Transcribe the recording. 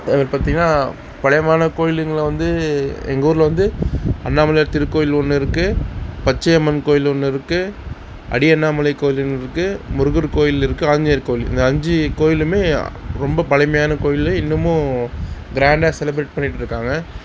பார்த்திங்கனா பழமைமான கோயில்கள வந்து எங்கூரில் வந்து அண்ணாமலையார் திருக்கோயில் ஒன்றுருக்கு பச்சையம்மன் கோயில் ஒன்றுருக்கு அடி அண்ணாமலை கோயில்னுருக்குது முருகர் கோயிலிருக்குது ஆஞ்சநேயர் கோயில் இந்த அஞ்சு கோயிலுமே ரொம்ப பழமையான கோயில் இன்னமும் கிராண்டாக செலிபிரேட் பண்ணிட்டிருக்காங்க